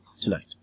Tonight